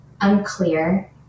unclear